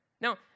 Now